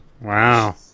Wow